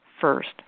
first